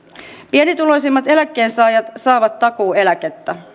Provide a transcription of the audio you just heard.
pienituloisimmat eläkkeensaajat saavat takuueläkettä